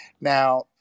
now